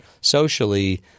socially